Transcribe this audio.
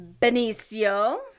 Benicio